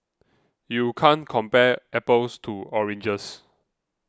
you can't compare apples to oranges